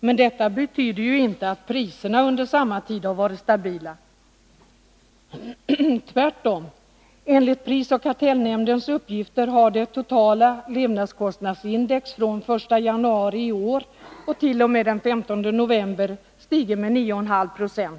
Men detta betyder inte att priserna under samma tid har varit stabila. Tvärtom — enligt prisoch kartellnämndens uppgifter har det totala levnadskostnadsindex från den 1 januari i år t.o.m. den 15 november stigit med 9,5 26.